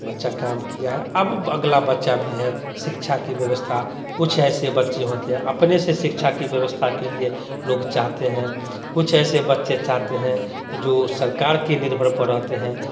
बच्चा काम किया है अब अगला बच्चा भी है शिक्षा की व्यवस्था कुछ ऐसे बच्चे होते हैं अपने से शिक्षा की व्यवस्था के लिए लोग चाहते हैं कुछ ऐसे बच्चे चाहते हैं जो सरकार के निर्भर पर रहते हैं